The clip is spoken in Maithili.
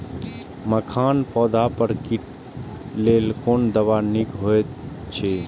मखानक पौधा पर कीटक लेल कोन दवा निक होयत अछि?